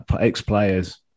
ex-players